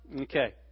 Okay